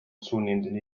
zunehmend